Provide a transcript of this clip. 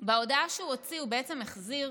בהודעה שהוא הוציא הוא בעצם החזיר